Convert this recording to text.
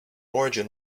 origin